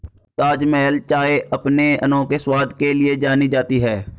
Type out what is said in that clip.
ताजमहल चाय अपने अनोखे स्वाद के लिए जानी जाती है